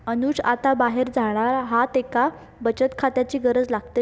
अनुज आता बाहेर जाणार हा त्येका बचत खात्याची गरज लागतली